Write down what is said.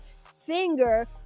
singer